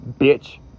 bitch